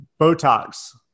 Botox